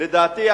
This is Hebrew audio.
לדעתי,